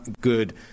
good